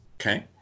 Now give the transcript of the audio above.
Okay